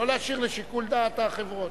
לא להשאיר לשיקול דעת החברות.